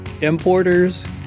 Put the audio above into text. importers